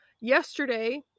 yesterday